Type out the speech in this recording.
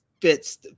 fits